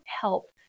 help